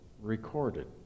recorded